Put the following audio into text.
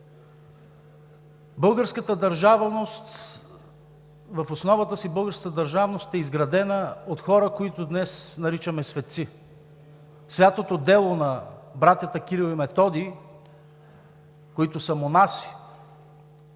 българската държавност е изградена от хора, които днес наричаме светци. Святото дело на братята Кирил и Методий, които са монаси